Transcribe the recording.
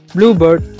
Bluebird